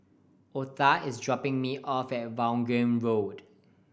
Otha is dropping me off at Vaughan Road